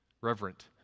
Reverent